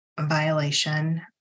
violation